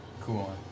cool